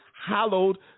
hallowed